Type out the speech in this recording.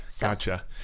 Gotcha